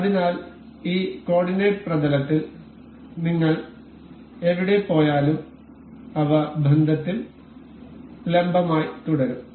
അതിനാൽ ഈ കോർഡിനേറ്റ് പ്രതലത്തിൽ നിങ്ങൾ എവിടെ പോയാലും അവ ബന്ധത്തിൽ ലംബമായി തുടരും